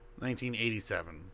1987